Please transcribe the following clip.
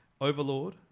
Overlord